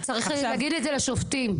צריך להגיד את זה לשופטים,